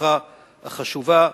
בשליחותך החשובה,